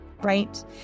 right